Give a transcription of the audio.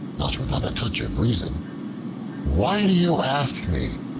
not without a touch of reason why do you ask me?